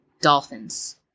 dolphins